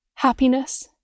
happiness